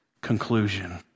conclusion